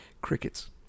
crickets